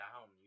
down